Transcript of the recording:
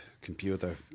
computer